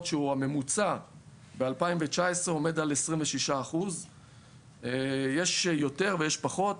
שהממוצע ב-2019 עמד על 26%. יש יותר ויש פחות.